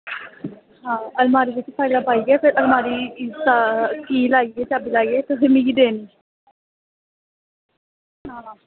हां अलमारी बिच्च फाईलां पाइयै फिर अलमारी कीह् लाइयै चाबी लाइयै तुसें मिगी देनी हां